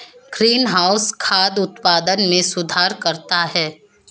greenhouse खाद्य उत्पादन में सुधार करता है